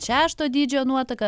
šešto dydžio nuotaka